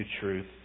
truth